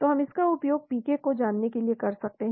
तो हम इसका उपयोग पीके को जानने के लिए कर सकते हैं